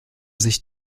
sich